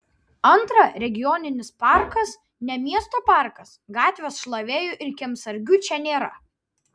antra regioninis parkas ne miesto parkas gatvės šlavėjų ir kiemsargių čia nėra